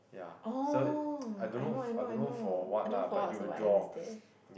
orh I know I know I know I don't know for what also but I know is there